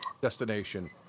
destination